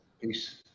Peace